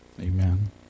Amen